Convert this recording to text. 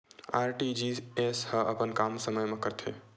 RTGS ह अपन काम समय मा करथे?